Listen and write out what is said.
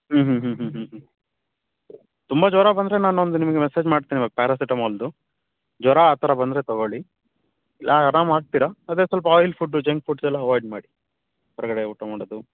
ಹ್ಞೂ ಹ್ಞೂ ಹ್ಞೂ ಹ್ಞೂ ಹ್ಞೂ ಹ್ಞೂ ತುಂಬ ಜ್ವರ ಬಂದರೆ ನಾನೊಂದು ನಿಮಗೆ ಮೆಸೇಜ್ ಮಾಡ್ತೀನಿ ಪ್ಯಾರಾಸಿಟಮಲ್ದು ಜ್ವರ ಆ ಥರ ಬಂದರೆ ತಗೊಳ್ಳಿ ಆರಾಮಾಗ್ತೀರ ಅದೇ ಸ್ವಲ್ಪ ಆಯಿಲ್ ಫುಡ್ ಜಂಕ್ ಫುಡ್ಸೆಲ್ಲಾ ಅವೈಡ್ ಮಾಡಿ ಹೊರಗಡೆ ಊಟ ಮಾಡೋದು